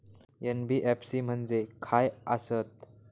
NBFC म्हणजे खाय आसत?